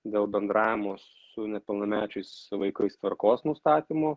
dėl bendravimo su nepilnamečiais vaikais tvarkos nustatymo